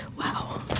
wow